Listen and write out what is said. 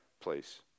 place